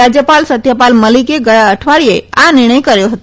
રાજયપાલ સત્યપાલ મલિકે ગયા અઠવાડિયે આ નિર્ણય કર્યો હતો